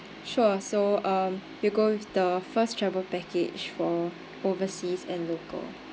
sure so um you go with the first travel package for overseas and local